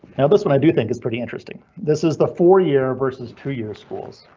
now this one i do think it's pretty interesting. this is the four year versus two year schools.